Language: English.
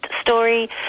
story